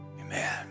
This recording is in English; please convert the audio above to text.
Amen